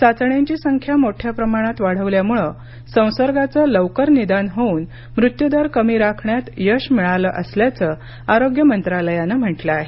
चाचण्यांची संख्या मोठ्या प्रमाणात वाढवल्यामुळे संसर्गाचं लवकर निदान होऊन मृत्यूदर कमी राखण्यात यश मिळालं असल्याचं आरोग्य मंत्रालयानं म्हटलं आहे